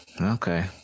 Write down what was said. Okay